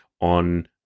on